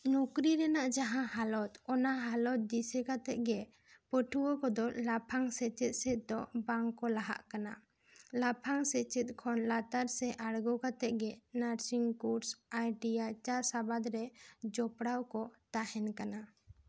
ᱱᱩᱠᱨᱤ ᱨᱮᱱᱟᱜ ᱡᱟᱦᱟᱸ ᱦᱟᱞᱚᱛ ᱚᱱᱟ ᱦᱟᱞᱚᱛ ᱫᱤᱥᱟᱹ ᱠᱟᱛᱮ ᱜᱮ ᱯᱟᱹᱴᱷᱩᱣᱟᱹ ᱠᱚᱫᱚ ᱞᱟᱯᱷᱟᱝ ᱥᱮᱪᱮᱫ ᱥᱮᱫ ᱫᱚ ᱵᱟᱝ ᱠᱚ ᱪᱟᱞᱟᱜ ᱠᱟᱱᱟ ᱞᱟᱯᱷᱟᱝ ᱥᱮᱪᱮᱫ ᱠᱷᱚᱱ ᱞᱟᱛᱟᱨ ᱥᱮᱫ ᱟᱬᱜᱚ ᱠᱟᱛᱮ ᱜᱮ nursing course I T I ᱪᱟᱥ ᱟᱵᱟᱫᱽ ᱨᱮ ᱡᱚᱯᱲᱟᱣ ᱠᱚ ᱛᱟᱦᱮᱱ ᱠᱟᱱᱟ